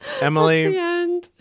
Emily